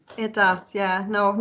it does, yeah. no,